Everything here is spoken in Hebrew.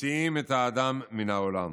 מוציאים את האדם מן העולם".